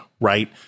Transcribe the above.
right